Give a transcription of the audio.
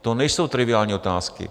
To nejsou triviální otázky.